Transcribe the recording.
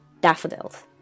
daffodils